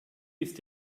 ist